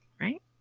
right